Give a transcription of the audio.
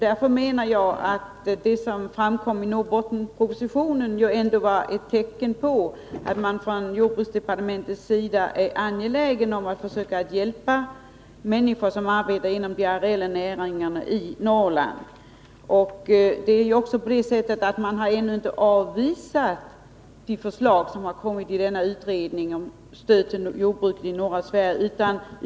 Därför menar jag att det som föreslogs i Norrlandspropositionen ändå var ett tecken på att man från jordbruksdepartementets sida är angelägen om att försöka hjälpa människor som arbetar inom de areella näringarna i Norrland. De förslag som kommit fram i utredningen om stöd till jordbruket i norra Sverige har inte avvisats.